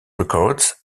records